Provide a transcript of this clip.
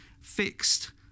fixed